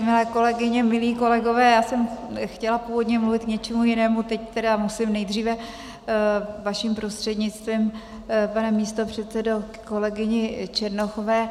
Milé kolegyně, milí kolegové, já jsem chtěla původně mluvit k něčemu jinému, teď tedy musím nejdříve vaším prostřednictvím, pane místopředsedo, ke kolegyni Černochové.